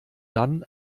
dann